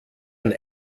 ein